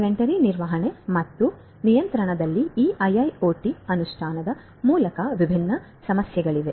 inventory ನಿರ್ವಹಣೆ ಮತ್ತು ನಿಯಂತ್ರಣದಲ್ಲಿ ಈ ಐಐಒಟಿ ಅನುಷ್ಠಾನದ ಮೂಲಕ ವಿಭಿನ್ನ ಸಮಸ್ಯೆಗಳಿವೆ